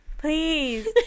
Please